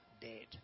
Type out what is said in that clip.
dead